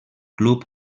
club